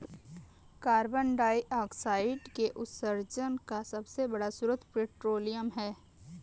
carbon dioxide के उत्सर्जन का सबसे बड़ा स्रोत पेट्रोलियम ईंधन है